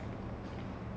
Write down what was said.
!wah!